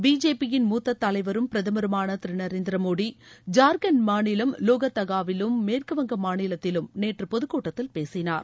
பிஜேபியின் மூத்த தலைவரும் பிரதருமான திரு நரேந்திரமோடி ஜார்கண்ட் மாநிலம் லோகார்தகாவிலும் மேற்கு வங்க மாநிலத்திலும் நேற்று பொதுக்கூட்டத்தில் பேசினார்